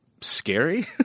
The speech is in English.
scary